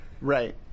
Right